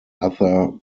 other